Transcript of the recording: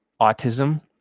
autism